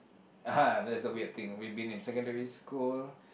ah [hah] that's the weird thing we've been in secondary school